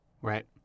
Right